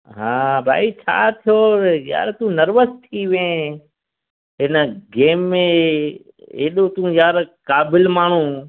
हा भाई छा थियो यारु तूं नर्वस थी वएं हिन गेम में एॾो तूं यारु क़ाबिल माण्हू